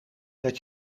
dat